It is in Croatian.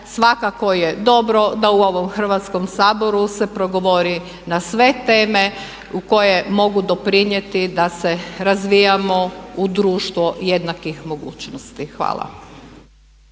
svakako je dobro da u ovom Hrvatskom saboru se progovori na sve teme u koje mogu doprinijeti da se razvijamo u društvo jednakih mogućnosti. Hvala.